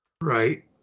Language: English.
Right